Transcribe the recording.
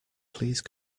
please